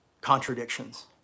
contradictions